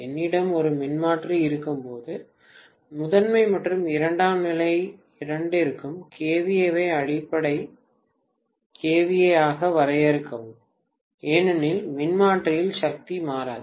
என்னிடம் ஒரு மின்மாற்றி இருக்கும்போது முதன்மை மற்றும் இரண்டாம் நிலை இரண்டிற்கும் kVA ஐ அடிப்படை kVA ஆக வரையறுக்கவும் ஏனெனில் மின்மாற்றியில் சக்தி மாறாது